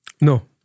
no